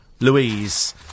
Louise